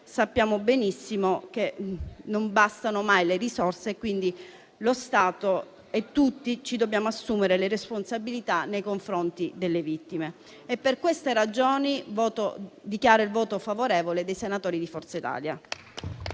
sappiamo benissimo che le risorse non bastano mai, quindi tutti noi dobbiamo assumerci le responsabilità nei confronti delle vittime. Per queste ragioni dichiaro il voto favorevole dei senatori di Forza Italia.